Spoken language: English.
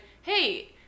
Hey